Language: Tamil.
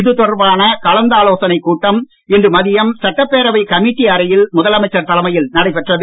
இது தொடர்பான கலந்தாலோசனை கூட்டம் இன்று மதியம் சட்டப்பேரவை கமிட்டி அறையில் முதலமைச்சர் தலைமையில் நடைபெற்றது